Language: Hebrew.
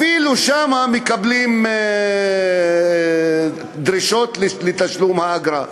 אפילו שם מקבלים דרישות לתשלום האגרה.